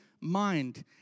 mind